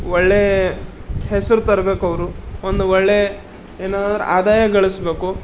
ಒಳ್ಳೆ ಹೆಸರ್ ತರ್ಬೇಕು ಅವರು ಒಂದು ಒಳ್ಳೆ ಏನಾರು ಆದಾಯ ಗಳಿಸ್ಬೇಕು